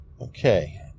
Okay